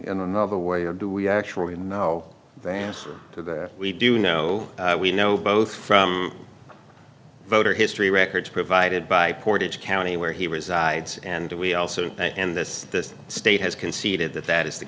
in another way or do we actually know the answer to that we do know we know both from voter history records provided by portage county where he resides and we also in this state has conceded that that is the